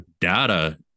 data